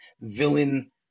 villain